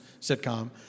sitcom